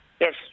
Yes